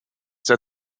der